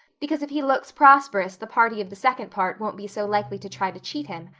because if he looks prosperous the party of the second part won't be so likely to try to cheat him.